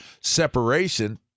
separation